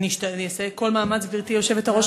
אני אעשה כל מאמץ, גברתי היושבת-ראש.